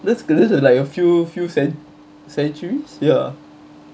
that's good this is like a few few cent~ centuries ya